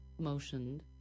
motioned